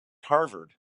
harvard